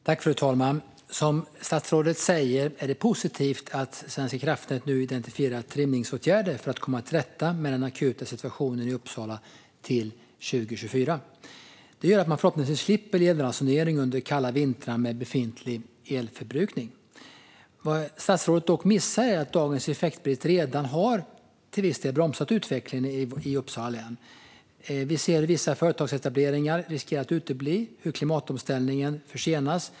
Fru talman! Som statsrådet säger är det positivt att Svenska kraftnät nu identifierat trimningsåtgärder för att komma till rätta med den akuta situationen i Uppsala till 2024. Det gör att man förhoppningsvis slipper elransonering under kalla vintrar med befintlig elförbrukning. Vad statsrådet dock missar är att dagens effektbrist redan till viss del har bromsat utvecklingen i Uppsala län. Vi ser hur vissa företagsetableringar riskerar att utebli och hur klimatomställningen försenas.